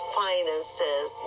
finances